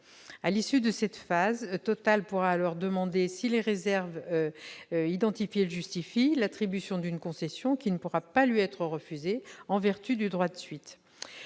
À l'issue de cette phase, Total pourra demander, si les réserves identifiées le justifient, l'attribution d'une concession, qui ne pourra lui être refusée en vertu du droit de suite.